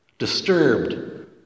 disturbed